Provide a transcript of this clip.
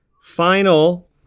final